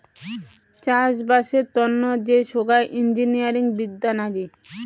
চাষবাসের তন্ন যে সোগায় ইঞ্জিনিয়ারিং বিদ্যা নাগি